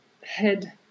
head